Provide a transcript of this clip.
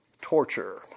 torture